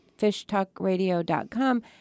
FishTalkRadio.com